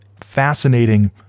fascinating